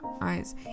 eyes